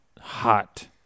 Hot